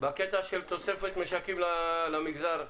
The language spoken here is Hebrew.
בקטע של תוספת משקים לחברה הערבית.